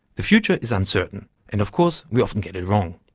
the future is uncertain and, of course, we often get it wrong.